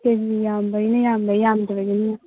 ꯀꯦ G ꯌꯥꯝꯕꯩꯅ ꯌꯥꯝꯕ ꯌꯥꯝꯗꯕꯒꯤꯅ